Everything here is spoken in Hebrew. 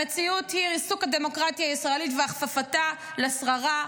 המציאות היא ריסוק הדמוקרטיה הישראלית והכפפתה לשררה,